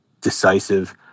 decisive